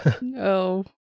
No